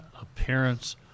appearance